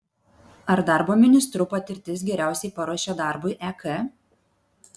ar darbo ministru patirtis geriausiai paruošia darbui ek